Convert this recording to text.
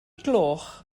gloch